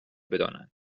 بدانند